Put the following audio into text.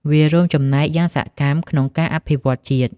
វារួមចំណែកយ៉ាងសកម្មក្នុងការអភិវឌ្ឍជាតិ។